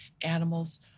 animals